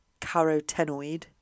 carotenoid